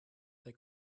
they